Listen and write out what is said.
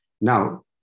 Now